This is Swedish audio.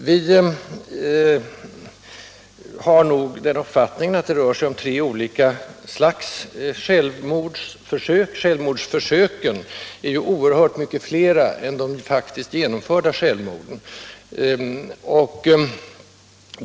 Jag har nog den uppfattningen att man har att göra med tre olika slags självmordsförsök — självmordsförsöken är ju oerhört mycket fler än de faktiskt genomförda självmorden.